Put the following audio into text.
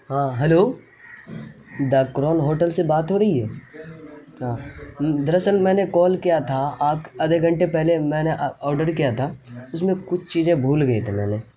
ہاں hello the Crown hotel سے بات ہو رہی ہے ہاں در اصل میں نے کال کیا تھا آدھے گھنٹے پہلے میں نے آڈر کیا تھا اس میں کچھ چیزیں بھول گئی تھیں میں نے